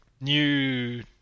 new